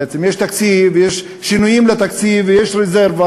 בעצם, יש תקציב ויש שינויים בתקציב ויש רזרבה,